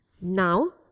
now